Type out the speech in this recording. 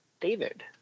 David